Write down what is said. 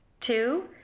Two